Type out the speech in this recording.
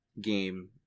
game